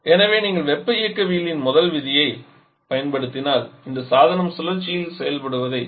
எனவே நீங்கள் வெப்ப இயக்கவியலின் முதல் விதியைப் பயன்படுத்தினால் இந்த சாதனம் சுழற்சியில் செயல்படுவதால்